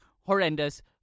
Horrendous